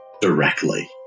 directly